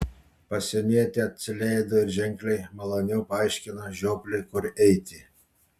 pasienietė atsileido ir ženkliai maloniau paaiškino žiopliui kur eiti